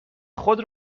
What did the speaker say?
خود